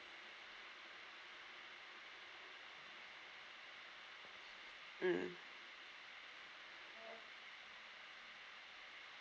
mm